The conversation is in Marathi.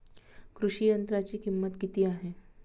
कृषी यंत्राची किंमत किती आहे?